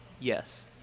Yes